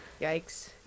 Yikes